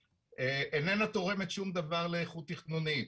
איננה תורמת שום דבר לאיכות תכנוניות,